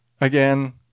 Again